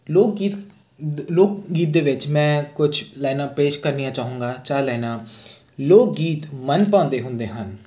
ਲੋਕ ਗੀਤ ਦ ਲੋਕ ਗੀਤ ਦੇ ਵਿੱਚ ਮੈਂ ਕੁਛ ਲਾਈਨਾਂ ਪੇਸ਼ ਕਰਨੀਆਂ ਚਾਹੂੰਗਾ ਚਾਰ ਲਾਇਨਾ ਲੋਕ ਗੀਤ ਮਨ ਭਾਉਂਦੇ ਹੁੰਦੇ ਹਨ